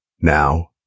Now